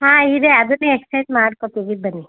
ಹಾಂ ಇದೆ ಅದನ್ನೆ ಎಕ್ಸ್ಚೇಂಜ್ ಮಾಡಿಕೊಡ್ತೀವಿ ಬನ್ನಿ